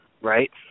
right